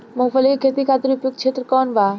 मूँगफली के खेती खातिर उपयुक्त क्षेत्र कौन वा?